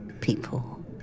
people